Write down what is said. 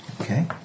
Okay